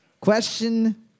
Question